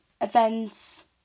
events